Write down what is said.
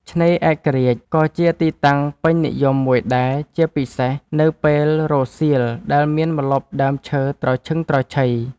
ឆ្នេរឯករាជ្យក៏ជាទីតាំងពេញនិយមមួយដែរ ជាពិសេសនៅពេលរសៀលដែលមានម្លប់ដើមឈើត្រឈឹងត្រឈៃ។